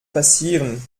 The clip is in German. passieren